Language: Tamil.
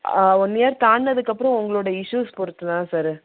ஆ ஒன் இயர் தாண்டுனதுக்கப்புறம் உங்களோடய இஸ்யூஸ் பொறுத்து தான் சார்